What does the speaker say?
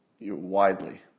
widely